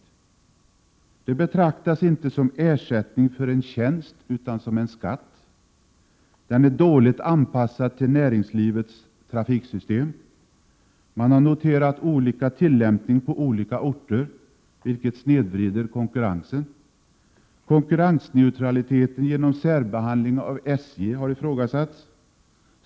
Den betraktas inte som ersättning för en tjänst, utan som en skatt. Den är dåligt anpassad till näringslivets trafiksystem. Olika tillämpningar har noterats på olika orter, vilket snedvrider konkurrensen. Konkurrensneutraliteten, genom särbehandling av SJ, har ifrågasatts.